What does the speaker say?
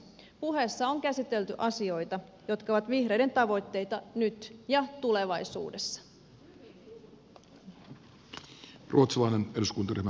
puheessa on käsitelty asioita jotka ovat vihreiden tavoitteita nyt ja tulevaisuudessa